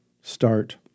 start